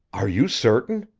are you certain?